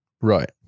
right